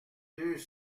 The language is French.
deux